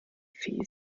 fee